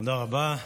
תודה רבה.